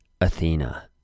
Athena